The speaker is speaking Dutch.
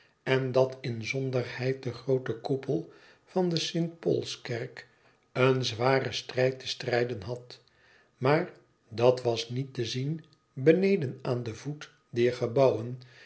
en dat inzonderheid de groote koepel van de st paulskerk een zwaren strijd te strijden had maar dat was niet te zien beneden aan den voet dier gebouwen